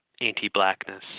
anti-blackness